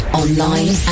online